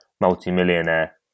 multi-millionaire